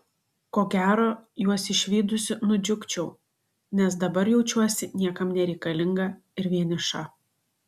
ko gero juos išvydusi nudžiugčiau nes dabar jaučiuosi niekam nereikalinga ir vieniša